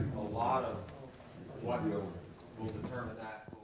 a lot of what will determine that